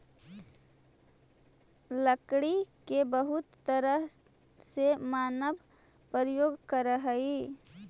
लकड़ी के बहुत तरह से मानव प्रयोग करऽ हइ